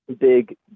big